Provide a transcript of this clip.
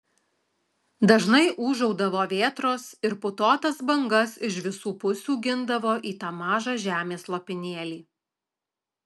dažnai ūžaudavo vėtros ir putotas bangas iš visų pusių gindavo į tą mažą žemės lopinėlį